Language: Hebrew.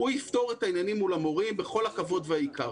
הוא יפתור את העניינים מול המורים בכל הכבוד והעיקר,